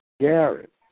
Garrett